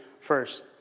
first